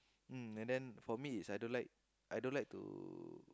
mm and then for me is I don't like I don't like